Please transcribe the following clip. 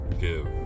give